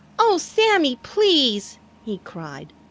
oh, sammy, please! he cried.